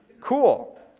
Cool